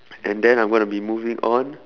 and then I'm going to be moving on